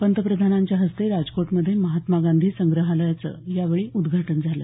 पंतप्रधानांच्या हस्ते राजकोटमध्ये महात्मा गांधी संग्रहालयाचं यावेळी उदघाटन झालं